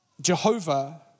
Jehovah